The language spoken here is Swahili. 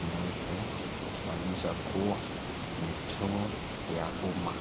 nyeupe ikionyesha kuwa ni choo ya umma.